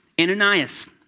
Ananias